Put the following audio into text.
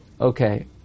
Okay